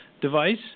device